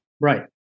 right